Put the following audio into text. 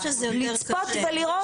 לצפות ולראות את זה.